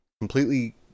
completely